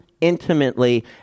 intimately